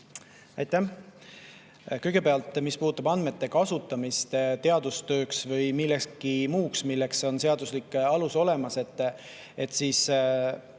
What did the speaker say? Aitäh! Kõigepealt, mis puudutab andmete kasutamist teadustööks või millekski muuks, milleks on seaduslik alus olemas, siis